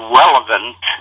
relevant